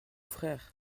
frères